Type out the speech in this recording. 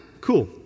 cool